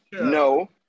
no